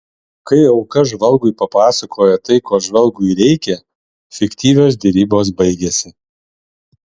kai auka žvalgui papasakoja tai ko žvalgui reikia fiktyvios derybos baigiasi